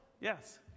Yes